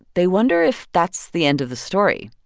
they wonder if that's the end of the story.